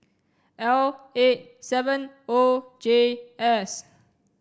L eight seven O J S